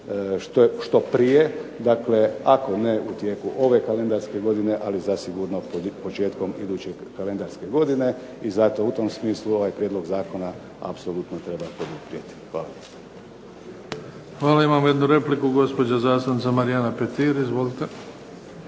što prije. Dakle, ako ne u tijeku ove kalendarske godine, ali zasigurno početkom iduće kalendarske godine. I zato u tom smislu ovaj prijedlog zakona apsolutno treba poduprijeti. Hvala. **Bebić, Luka (HDZ)** Hvala. Imamo jednu repliku, gospođa zastupnica Marijana Petir. Izvolite.